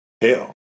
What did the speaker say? hell